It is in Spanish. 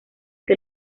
que